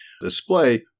display